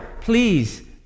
please